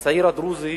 הצעיר הדרוזי